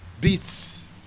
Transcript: beats